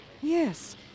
Yes